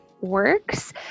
works